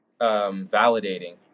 validating